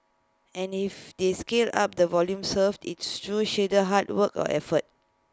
and if they scale up the volume served it's through sheer hard work and effort